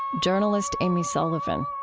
journalist amy sullivan